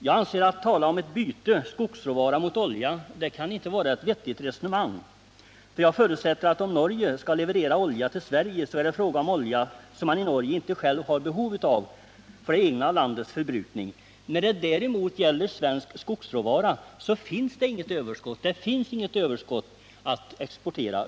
Jag anser att talet om ett byte av skogsråvara mot olja inte kan vara ett vettigt resonemang. Jag förutsätter att om Norge skall leverera olja till Sverige, är det fråga om olja som man i Norge inte själv har behov av för det egna landets förbrukning. Men av svensk skogsråvara finns det däremot inget överskott att exportera.